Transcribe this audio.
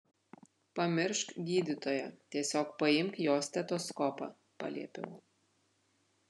pamiršk gydytoją tiesiog paimk jo stetoskopą paliepiau